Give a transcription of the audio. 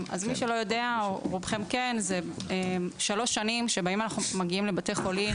מי שלא יודע רובכם כן שלוש שנים אנחנו מגיעים לבתי חולים